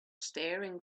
staring